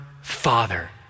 Father